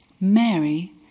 Mary